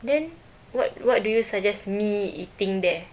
then what what do you suggest me eating there